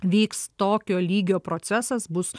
vyks tokio lygio procesas bus